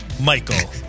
Michael